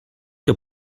que